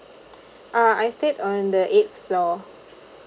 ah I stayed on the eighth floor